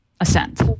assent